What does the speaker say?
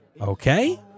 Okay